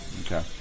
Okay